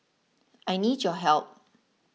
I need your help